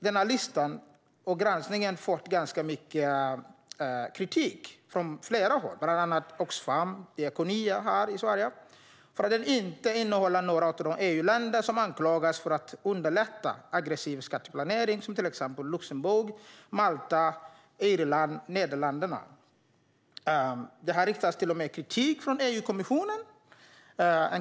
Denna lista och granskningen har fått ganska mycket kritik från flera håll, bland annat från Oxfam och från Diakonia här i Sverige, för att den inte innehåller några av de EU-länder som anklagas för att underlätta aggressiv skatteplanering, till exempel Luxemburg, Malta, Irland och Nederländerna. Det riktas till och med kritik från EU-kommissionen.